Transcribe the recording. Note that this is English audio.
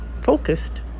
focused